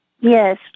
Yes